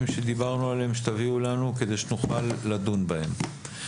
שדיברנו עליהם שתביאו אלינו כדי שנוכל לדון בהם.